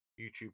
YouTube